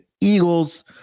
Eagles